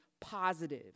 positive